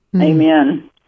Amen